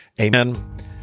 amen